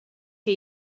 que